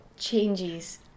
Changes